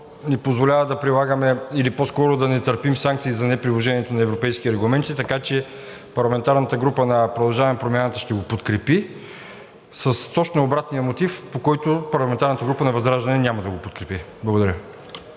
ни позволява да прилагаме или по-скоро да не търпим санкции за неприлагането на европейски регламенти, така че парламентарната група на „Продължаваме Промяната“ ще го подкрепи с точно обратния мотив, по който парламентарната група на ВЪЗРАЖДАНЕ няма да го подкрепи. Благодаря.